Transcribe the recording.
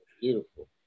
Beautiful